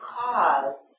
cause